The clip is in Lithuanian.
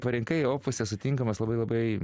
parinkai opuse sutinkamas labai labai